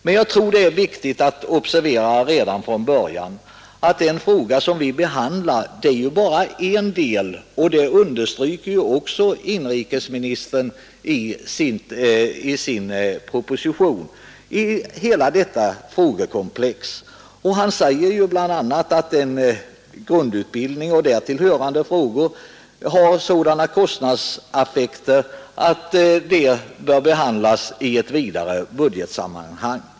Men jag tror det är viktigt att observera redan från början att den fråga som vi behandlar bara är en del i hela detta frågekomplex. Det understryker också inrikesministern i sin proposition. Han säger bl.a. att grundutbildning och därtill hörande frågor har sådana kostnadsaspekter att de bör behandlas i vidare budgetsammanhang.